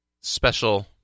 special